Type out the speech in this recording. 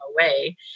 away